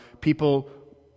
people